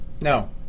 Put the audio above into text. No